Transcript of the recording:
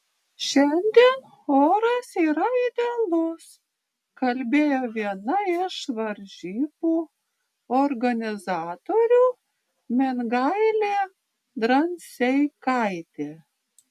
šiandien oras yra idealus kalbėjo viena iš varžybų organizatorių mingailė dranseikaitė